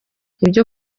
ibyo